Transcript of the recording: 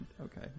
Okay